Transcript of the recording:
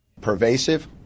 Pervasive